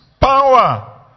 power